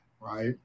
right